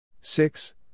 Six